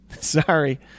Sorry